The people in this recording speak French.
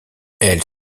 elle